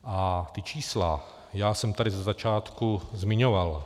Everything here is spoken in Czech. A ta čísla já jsem tady ze začátku zmiňoval.